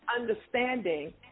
understanding